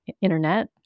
internet